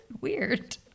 Weird